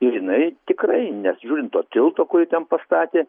ir jinai tikrai nes žiūrint to tilto kurį ten pastatė